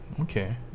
okay